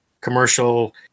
commercial